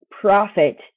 profit